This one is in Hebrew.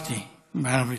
אמרתי בערבית.